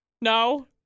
No